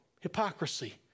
hypocrisy